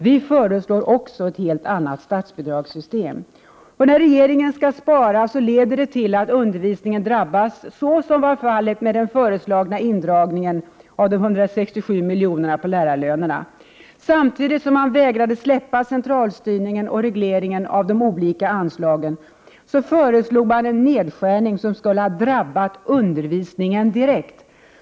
Vi föreslår också ett helt annat statsbidragssystem. När regeringen skall spara leder detta till att undervisningen drabbas, såsom var fallet med den föreslagna indragningen av de 167 miljonerna på lärarlönerna. Samtidigt som man vägrade släppa centralstyrningen och regleringen av de olika anslagen, föreslog man en nedskärning som skulle ha drabbat undervisningen direkt.